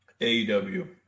AEW